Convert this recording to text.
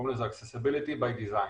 קוראים לזה accessibility by design.